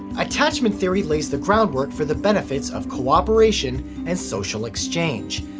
attachment theory lays the groundwork for the benefits of cooperation and social exchange.